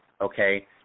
okay